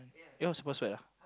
eh what's the password ah